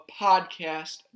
Podcast